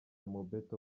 mobeto